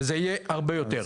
וזה יהיה הרבה יותר.